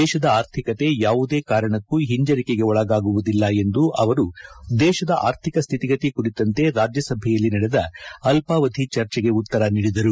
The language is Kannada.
ದೇಶದ ಆರ್ಥಿಕತೆ ಯಾವುದೇ ಕಾರಣಕ್ಕೂ ಹಿಂಜರಿಕೆಗೆ ಒಳಗಾಗುವುದಿಲ್ಲ ಎಂದು ಅವರು ದೇಶದ ಆರ್ಥಿಕ ಸ್ಥಿತಿಗತಿ ಕುರಿತಂತೆ ರಾಜ್ಯಸಭೆಯಲ್ಲಿ ನಡೆದ ಅಲ್ಪಾವಧಿ ಚರ್ಚೆಗೆ ಉತ್ತರ ನೀಡಿದರು